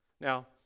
Now